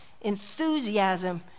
Enthusiasm